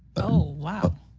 oh, wow.